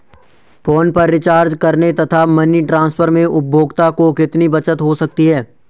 Phone पर recharge करने तथा मनी ट्रांसफर में उपभोक्ता को कितनी बचत हो सकती है?